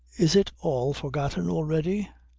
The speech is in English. is it all forgotten already?